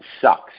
sucks